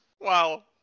Wow